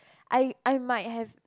I I might have